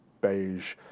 beige